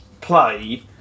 play